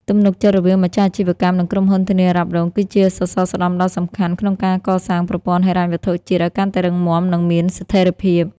ទំនុកចិត្តរវាងម្ចាស់អាជីវកម្ម និងក្រុមហ៊ុនធានារ៉ាប់រង គឺជាសសរស្តម្ភដ៏សំខាន់ក្នុងការកសាងប្រព័ន្ធហិរញ្ញវត្ថុជាតិឱ្យកាន់តែរឹងមាំ និងមានស្ថិរភាព។